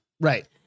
Right